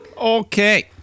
Okay